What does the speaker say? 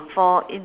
for in~